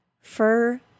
Fur